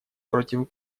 против